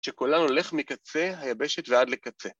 שקולם הולך מקצה, היבשת ועד לקצה.